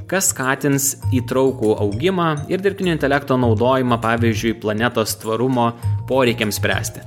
kas skatins įtraukų augimą ir dirbtinio intelekto naudojimą pavyzdžiui planetos tvarumo poreikiams spręsti